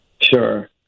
Sure